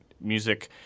music